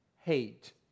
Hate